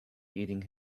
eating